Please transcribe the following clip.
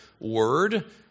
word